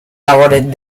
labores